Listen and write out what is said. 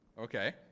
Okay